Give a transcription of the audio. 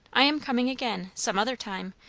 i am coming again, some other time,